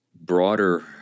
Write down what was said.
broader